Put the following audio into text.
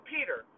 Peter